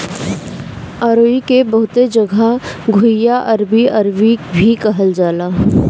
अरुई के बहुते जगह घुइयां, अरबी, अरवी भी कहल जाला